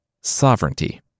Sovereignty